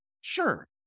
Sure